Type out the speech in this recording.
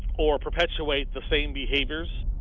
or perpetuate the same behaviors.